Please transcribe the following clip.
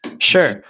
Sure